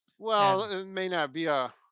well, it may not be a,